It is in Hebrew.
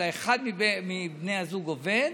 אלא אחד מבני הזוג עובד,